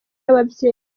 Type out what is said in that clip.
n’ababyeyi